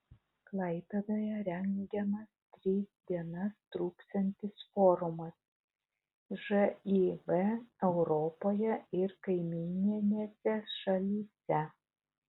klaipėdoje rengiamas tris dienas truksiantis forumas živ europoje ir kaimyninėse šalyse